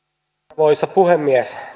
arvoisa puhemies